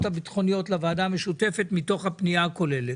הביטחוניות לוועדה המשותפת מתוך הפנייה הכוללת.